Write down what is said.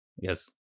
yes